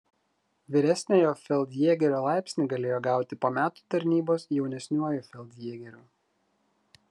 vyresniojo feldjėgerio laipsnį galėjo gauti po metų tarnybos jaunesniuoju feldjėgeriu